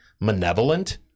malevolent